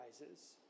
rises